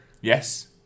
Yes